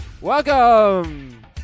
Welcome